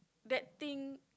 that thing